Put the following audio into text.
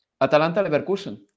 Atalanta-Leverkusen